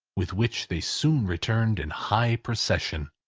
with which they soon returned in high procession.